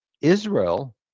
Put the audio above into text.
israel